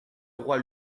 roi